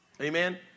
Amen